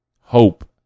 hope